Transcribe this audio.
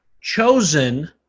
chosen